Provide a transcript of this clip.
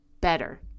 better